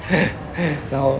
然后